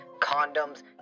condoms